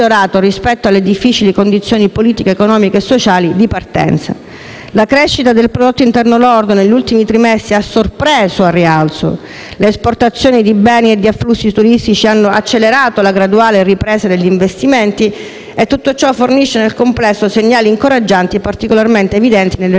La crescita del prodotto interno lordo negli ultimi trimestri ha sorpreso al rialzo, le esportazioni di beni e gli afflussi turistici hanno accelerato e c'è stata una graduale ripresa degli investimenti. Tutto ciò fornisce, nel complesso, segnali incoraggianti, particolarmente evidenti nella recente